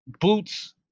Boots